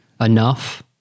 enough